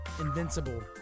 Invincible